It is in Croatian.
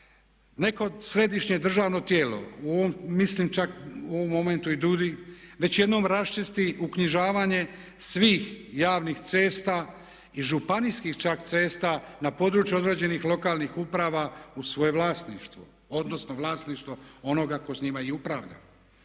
neka središnje državno tijelo, u ovom mislim čak, u ovom momentu i DUDI već jednom raščisti uknjižavanje svih javnih cesta i županijskih čak cesta na području odrađenih lokalnih uprava u svoje vlasništvo, odnosno vlasništvo onoga tko s njima i upravlja.